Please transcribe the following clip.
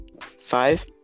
Five